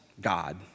God